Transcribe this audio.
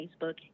Facebook